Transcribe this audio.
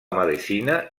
medicina